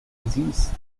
disease